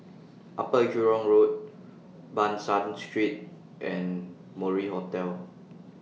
Upper Jurong Road Ban San Street and Mori Hotel